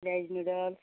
veg noodles